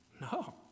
No